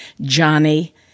Johnny